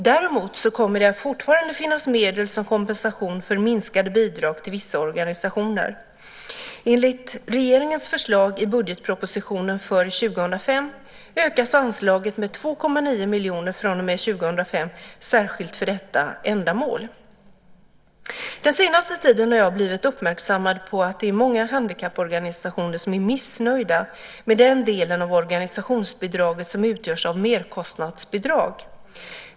Däremot kommer det fortfarande att finnas medel som kompensation för minskade bidrag till vissa organisationer. Enligt regeringens förslag i budgetpropositionen för 2005 ökas anslaget med 2,9 miljoner kronor från och med 2005 särskilt för detta ändamål. Den senaste tiden har jag blivit uppmärksammad på att det är många handikapporganisationer som är missnöjda med den del av organisationsbidraget som utgörs av merkostnadsbidrag.